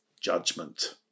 judgment